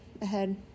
ahead